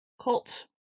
Colt